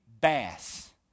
bass